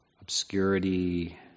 obscurity